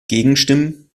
gegenstimmen